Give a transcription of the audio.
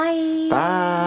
Bye